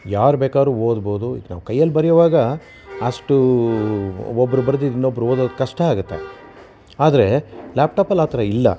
ಯಾರು ಬೇಕಾದ್ರು ಓದ್ಬೋದು ಈಗ ನಾವು ಕೈಯ್ಯಲ್ಲಿ ಬರೆಯೋವಾಗ ಅಷ್ಟೂ ಒಬ್ಬರು ಬರ್ದಿದ್ದು ಇನ್ನೊಬ್ಬರು ಓದೋದು ಕಷ್ಟ ಆಗುತ್ತೆ ಆದರೆ ಲ್ಯಾಪ್ ಟಾಪಲ್ಲಿ ಆ ಥರ ಇಲ್ಲ